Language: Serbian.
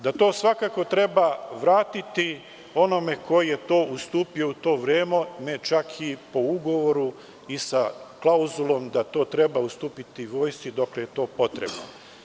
Da to svakako treba vratiti onome ko je to ustupio u to vreme čak i po ugovoru i klauzulom da to treba ustupiti vojsci dokle je to potrebno.